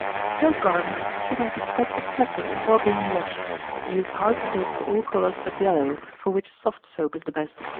silk garments should have the spots extracted before being-washed use hard soap for all colors but yellow, for which soft soap is the best.